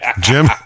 Jim